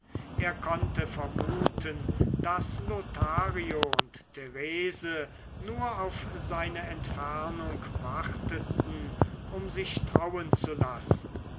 er konnte vermuten daß lothario und therese nur auf seine entfernung warteten um sich trauen zu lassen